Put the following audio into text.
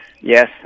yes